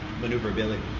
maneuverability